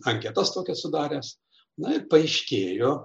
anketas tokią sudaręs na ir paaiškėjo